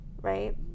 right